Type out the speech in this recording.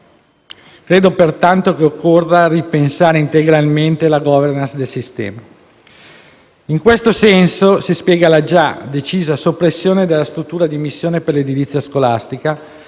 Credo, pertanto, che occorra ripensare integralmente la *governance* del sistema. In questo senso si spiega la già decisa soppressione della struttura di missione per l'edilizia scolastica